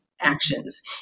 actions